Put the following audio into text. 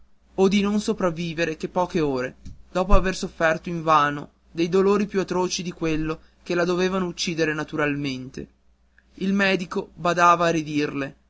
o di non sopravvivere che poche ore dopo d'aver sofferto invano dei dolori più atroci di quelli che la dovevano uccidere naturalmente il medico badava a ridirle